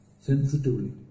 sensitively